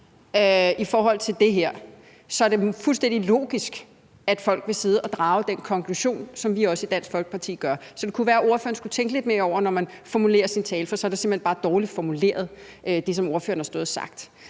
i forhold til det her, så er det fuldstændig logisk, at folk vil sidde og drage den konklusion, som vi i Dansk Folkeparti også gør. Så det kunne være, at ordføreren skulle have tænkt lidt mere over det, da hun formulerede sin tale, for så er det, som ordføreren har stået og